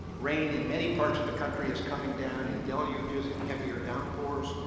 rain in many parts of the country is coming down in deluges and heavier downpours.